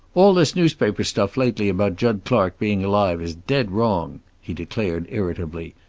all this newspaper stuff lately about jud clark being alive is dead wrong, he declared, irritably.